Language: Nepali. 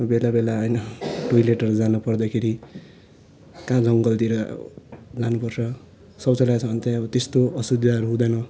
बेला बेला होइन टोइलेटहरू जानु पर्दाखेरि कहाँ जङ्गलतिर जानु पर्छ शौचालय छ भन् त्यही त्यस्तो असुविधा हुँदैन